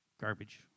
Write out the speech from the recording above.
garbage